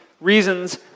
reasons